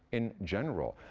in general.